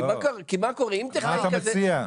מה אתה מציע,